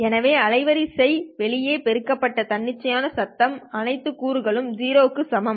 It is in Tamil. எனவே அலைவரிசை வெளியே பெருக்கப்பட்ட தன்னிச்சையான சத்தம் அனைத்து கூறுகள்களும் 0 க்கு சமம்